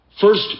first